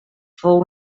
fou